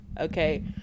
okay